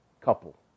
couple